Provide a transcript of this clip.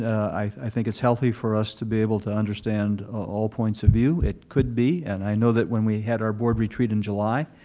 i think it's healthy for us to be able to understand all points of view. it could be, and i know that when we had our board retreat in july,